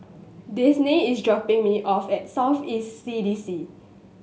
Daisey is dropping me off at South East C D C